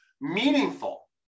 Meaningful